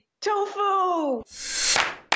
Tofu